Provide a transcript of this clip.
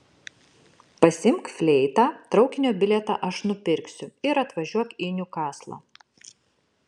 pasiimk fleitą traukinio bilietą aš nupirksiu ir atvažiuok į niukaslą